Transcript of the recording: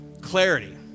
clarity